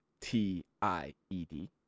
T-I-E-D